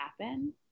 happen